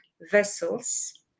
vessels